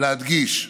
להדגיש,